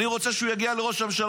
אני רוצה שהוא יגיע לראש הממשלה.